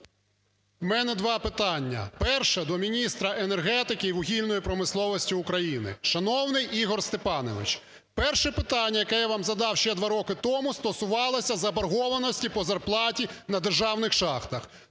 В мене два питання, перше до міністра енергетики і вугільної промисловості України. Шановний Ігор Степанович, перше питання, яке я вам задав ще два роки тому, стосувалося заборгованості по зарплаті на державних шахтах.